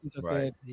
right